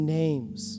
names